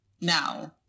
now